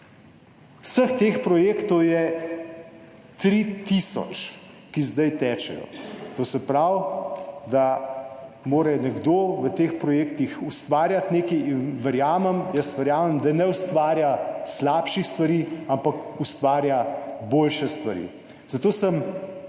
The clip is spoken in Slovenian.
Vseh teh projektov, ki zdaj tečejo, je tri tisoč. To se pravi, da mora nekdo v teh projektih ustvarjati nekaj in verjamem, jaz verjamem, da ne ustvarja slabših stvari, ampak ustvarja boljše stvari. Zato sem